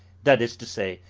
that is to say,